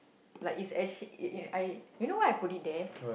like it's actually it it I you know why I put it there